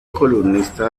columnista